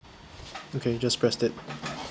okay just press it